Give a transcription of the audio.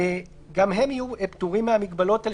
גם הם יהיו פטורים מהמגבלות האלה